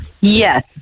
Yes